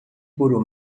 puro